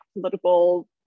political